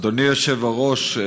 אדוני היושב-ראש,